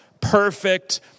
perfect